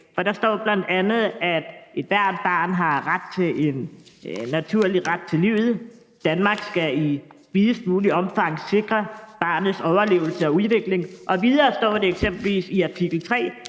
Der står bl.a., at ethvert barn har en naturlig ret til livet, og at Danmark i videst muligt omfang skal sikre barnets overlevelse og udvikling. Videre står der eksempelvis i artikel 3,